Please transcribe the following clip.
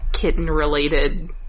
kitten-related